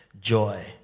joy